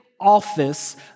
office